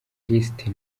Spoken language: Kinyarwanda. lisiti